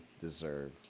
deserve